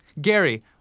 Gary